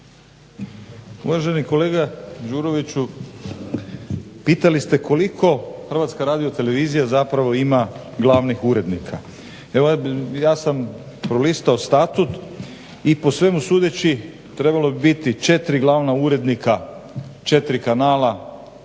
Uvaženi kolega Đuroviću, pitali ste kolika HRT zapravo ima glavnih urednika. Evo ja sam prolistao statut i po svemu sudeći trebalo bi biti četiri glavna urednika četiri kanala